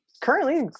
Currently